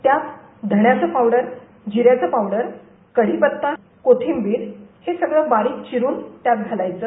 त्यात धन्याचं पावडर जिऱ्याचं पावडर कढिपत्ता कोथिंबीर हे सगळं बारिक चिरून त्यात घालायचं